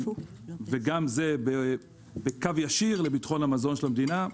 וגם זה בקו ישיר לביטחון המזון של המדינה.